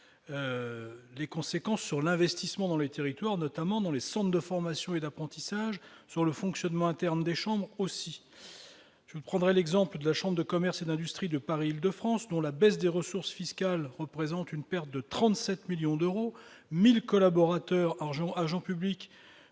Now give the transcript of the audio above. les conséquences sur l'investissement dans les territoires, notamment au niveau des centres de formation et d'apprentissage, ainsi que sur le fonctionnement interne des chambres consulaires. Je prendrai l'exemple de la chambre de commerce et d'industrie de Paris Île-de-France, dont la baisse des ressources fiscales représente une perte de 37 millions d'euros. Entre 2015 et 2016, 1 000 collaborateurs agents publics